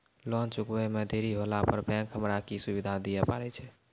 Loan चुकब इ मे देरी होला पर बैंक हमरा की सुविधा दिये पारे छै?